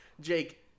Jake